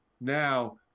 now